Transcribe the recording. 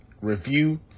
review